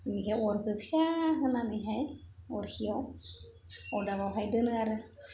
बिनि थाखाय अरखौ फिसा होनानैहाय अरखियाव अदाबावहाय दोनो आरो